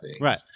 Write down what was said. Right